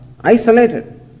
isolated